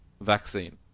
vaccine